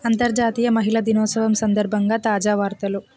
అంతర్జాతీయ మహిళా దినోత్సవం సందర్భంగా తాజా వార్తలు